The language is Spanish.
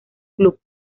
clubs